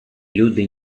люди